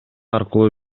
аркылуу